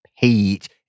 page